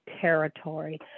territory